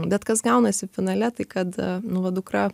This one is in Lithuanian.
bet kas gaunasi finale tai kad nu va dukra